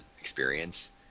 experience